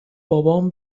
بابام